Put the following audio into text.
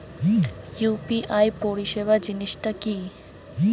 UPI পরিসেবা জিনিসটা কি?